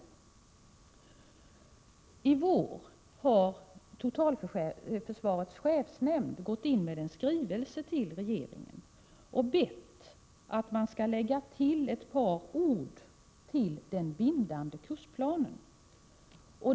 Nu i vår har totalförsvarets chefsnämnd skrivit till regeringen och bett att man skall lägga till ett par ord i den bindande kursplanen.